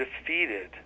defeated